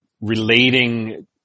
relating